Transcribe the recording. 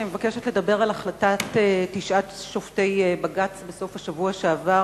אני מבקשת לדבר על החלטת תשעת שופטי בג"ץ בסוף השבוע שעבר